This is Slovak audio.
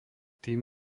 tým